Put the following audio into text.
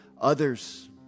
others